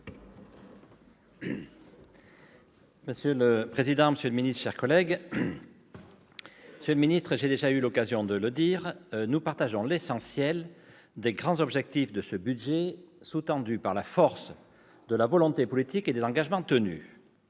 Monsieur le président, monsieur le secrétaire d'État, mes chers collègues, j'ai déjà eu l'occasion de le dire, nous partageons pour l'essentiel les grands objectifs de ce budget sous-tendu par la force de la volonté politique et des engagements tenus